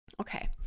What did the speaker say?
Okay